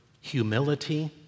humility